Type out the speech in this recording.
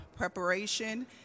preparation